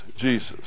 Jesus